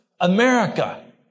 America